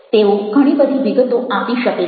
તેઓ ઘણી બધી વિગતો આપી શકે છે